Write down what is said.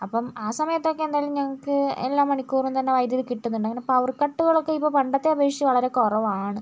അപ്പം ആ സമയത്തൊക്കെ എന്തായാലും ഞങ്ങക്ക് എല്ലാ മണിക്കൂറും തന്നെ വൈദ്യുതി കിട്ടുന്നുണ്ട് അങ്ങനെ പവർ കട്ടുകൾ ഒക്കെ പണ്ടത്തെ ഉപേക്ഷിച്ച് വളരെ കുറവാണ്